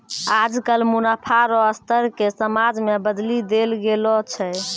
आजकल मुनाफा रो स्तर के समाज मे बदली देल गेलो छै